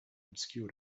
obscured